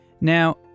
Now